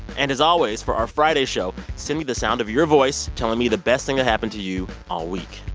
and as always, for our friday show, send me the sound of your voice telling me the best thing that happened to you all week.